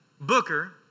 Booker